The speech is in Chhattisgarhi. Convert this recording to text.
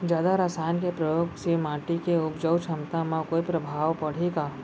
जादा रसायन के प्रयोग से माटी के उपजाऊ क्षमता म कोई प्रभाव पड़ही का?